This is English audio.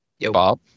Bob